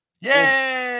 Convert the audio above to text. Yay